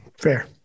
Fair